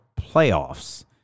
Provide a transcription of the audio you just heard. playoffs